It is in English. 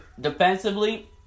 defensively